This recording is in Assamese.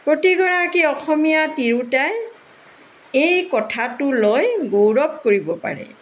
প্ৰতিগৰাকী অসমীয়া তিৰোতাই এই কথাটো লৈ গৌৰৱ কৰিব পাৰে